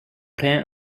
plan